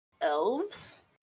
elves